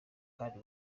kandi